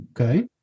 okay